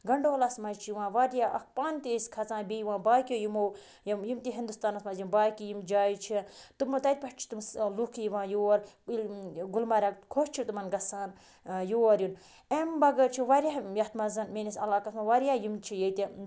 گنڈولاہَس منٛز چھِ یِوان واریاہ اَکھ پانہٕ تہِ أسۍ کھَسان بیٚیہِ یِوان باقٕیو یِمو یِم یِم تہِ ہِںدوستانَس منٛز یِم باقٕے یِم جایہِ چھِ تِمو تَتہِ پٮ۪ٹھ چھِ تِم لُکھ یِوان یور گُلمرگ خۄش چھُ تِمَن گژھان یور یُن أمۍ بَغٲر چھِ واریاہ یَتھ منٛز میٛٲنِس علاقَس منٛز واریاہ یِم چھِ ییٚتہِ